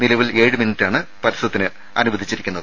നിലവിൽ ഏഴ് മിനിറ്റാണ് പരസ്യത്തിന് അനുവദിച്ചിരിക്കുന്നത്